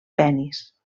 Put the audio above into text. penis